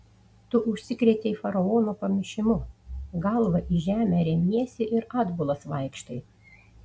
tu užsikrėtei faraono pamišimu galva į žemę remiesi ir atbulas vaikštai